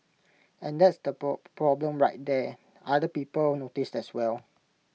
and that's the problem right there other people noticed as well